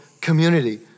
community